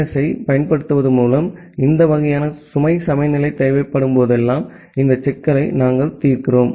S ஐப் பயன்படுத்துவதன் மூலம் இந்த வகையான சுமை சமநிலை தேவைப்படும் போதெல்லாம் இந்த சிக்கலை நாங்கள் தீர்க்கிறோம்